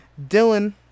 dylan